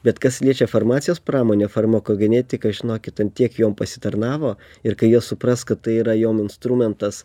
bet kas liečia farmacijos pramonę farmakogenetika žinokit ant tiek jom pasitarnavo ir kai jie supras kad tai yra jom instrumentas